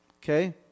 Okay